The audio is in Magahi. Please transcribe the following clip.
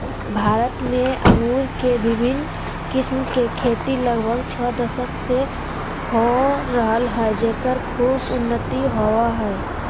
भारत में अंगूर के विविन्न किस्म के खेती लगभग छ दशक से हो रहल हई, जेकर खूब उन्नति होवअ हई